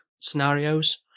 scenarios